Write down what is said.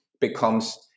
becomes